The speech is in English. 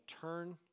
Turn